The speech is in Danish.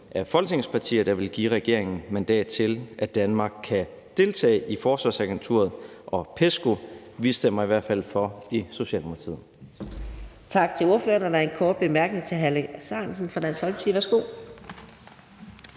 af Folketingets partier, der vil give regeringen mandat til, at Danmark kan deltage i Forsvarsagenturet og PESCO. Vi stemmer i hvert fald for i Socialdemokratiet.